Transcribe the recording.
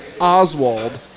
Oswald